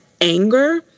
anger